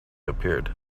appeared